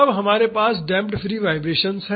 तब हमारे पास डेमप्ड फ्री वाईब्रेशन्स है